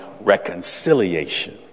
reconciliation